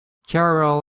carol